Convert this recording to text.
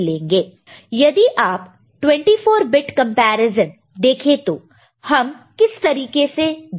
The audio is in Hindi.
यदि आप 24 बिट कंपैरिजन देखे तो हम किस तरीके जाएंगे